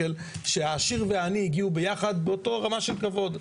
שהעשיר והעני הגיעו ביחד באותה רמה של כבוד.